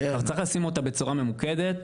צריך לשים אותה בצורה ממוקדת,